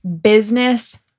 business